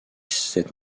s’est